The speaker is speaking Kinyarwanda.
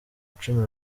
icumi